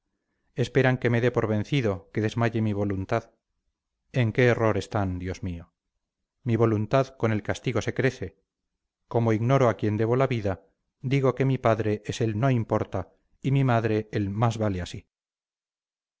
esperan que me dé por vencido que desmaye mi voluntad en qué error están dios mío mi voluntad con el castigo se crece como ignoro a quién debo la vida digo que mi padre es el no importa y mi madre elmás vale así